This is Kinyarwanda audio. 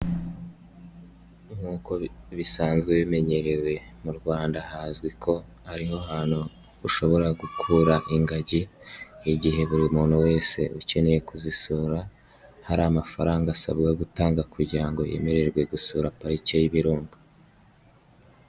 Nk'uko bisanzwe bimenyerewe mu Rwanda hazwi ko ari ho hantu ushobora gukura ingagi, igihe buri muntu wese ukeneye kuzisura hari amafaranga asabwa gutanga kugira ngo yemererwe gusura parike y'ibirunga.